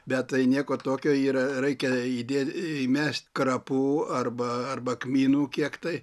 bet tai nieko tokio yra reikia įdėt įmest krapų arba arba kmynų kiek tai